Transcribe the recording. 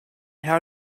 how